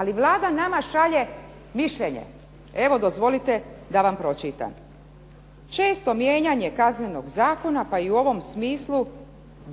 ali Vlada nama šalje mišljenje. Evo dozvolite da vam pročitam. Često mijenjanje kaznenog zakona pa i u ovom smislu